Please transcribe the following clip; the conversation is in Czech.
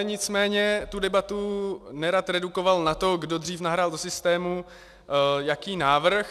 Nicméně já bych tu debatu nerad redukoval na to, kdo dřív nahrál do systému jaký návrh.